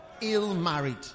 Ill-married